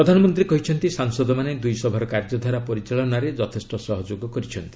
ପ୍ରଧାନମନ୍ତ୍ରୀ କହିଛନ୍ତି ସାଂସଦମାନେ ଦୁଇ ସଭାର କାର୍ଯ୍ୟଧାରା ପରିଚାଳନାରେ ଯଥେଷ୍ଟ ସହଯୋଗ କରୁଛନ୍ତି